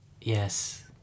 yes